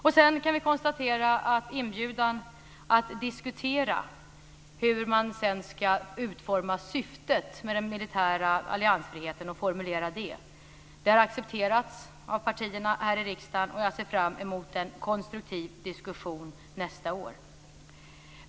Vidare kan vi konstatera att inbjudan att diskutera hur man sedan ska utforma syftet med den militära alliansfriheten och formulera det har accepterats av partierna här i riksdagen. Jag ser fram emot en konstruktiv diskussion nästa år.